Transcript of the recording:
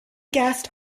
guest